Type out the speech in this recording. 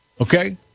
Okay